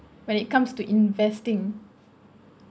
when it comes to investing